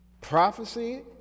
Prophecy